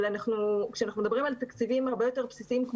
אבל כשאנחנו מדברים על תקציבים הרבה יותר בסיסיים,